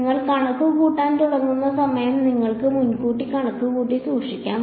നിങ്ങൾ കണക്കുകൂട്ടാൻ തുടങ്ങുന്ന സമയം നിങ്ങൾക്ക് മുൻകൂട്ടി കണക്കുകൂട്ടി സൂക്ഷിക്കാം